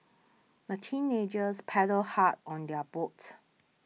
the teenagers paddled hard on their boat